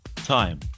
time